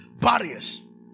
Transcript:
barriers